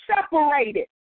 separated